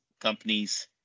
companies